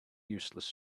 useless